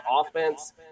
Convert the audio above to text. offense